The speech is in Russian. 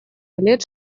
лет